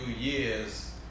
years